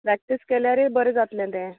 practice केल्यारय बरें जातलें तें